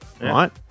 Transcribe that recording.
right